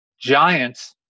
giants